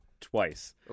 twice